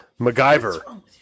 MacGyver